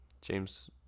James